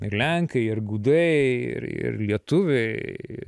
ir lenkai ir gudai ir lietuviai